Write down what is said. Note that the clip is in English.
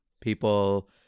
people